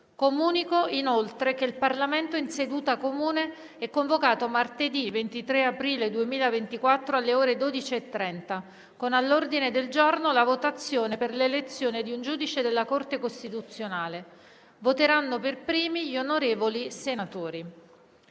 Comunico che il Parlamento in seduta comune è convocato martedì 23 aprile 2024, alle ore 12,30, con all'ordine del giorno la votazione per l'elezione di un giudice della Corte costituzionale. Voteranno per primi gli onorevoli senatori.